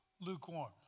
lukewarm